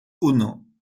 uno